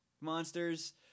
monsters